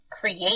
create